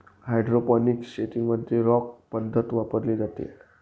hydroponics शेतीमध्ये rock पद्धत वापरली जाते